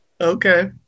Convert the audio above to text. Okay